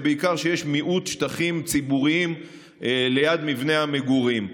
ובעיקר כשיש מיעוט שטחים ציבוריים ליד מבני המגורים.